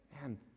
Man